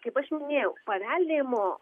kaip aš minėjau paveldėjimo